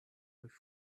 durch